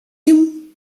him